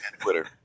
Twitter